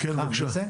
סליחה, מי זה?